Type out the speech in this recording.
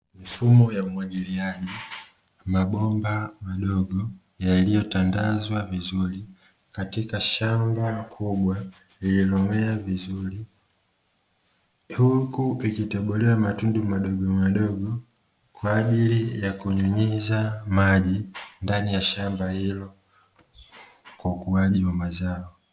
Mifumo ya umwagiliaji mabomba madogo yaliyotandazwa vizuri katika shamba kubwa lililo mea vizuri, huku ikitobolewa matundu madogo madogo kwa ajili ya maji ndani ya shamba hilo kwa ukuaji.